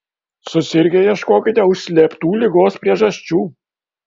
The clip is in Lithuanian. susirgę ieškokite užslėptų ligos priežasčių